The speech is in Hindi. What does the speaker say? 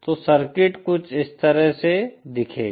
तो सर्किट कुछ इस तरह से दिखेगा